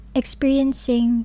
experiencing